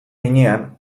heinean